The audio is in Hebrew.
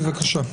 בבקשה.